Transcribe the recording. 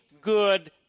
good